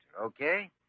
okay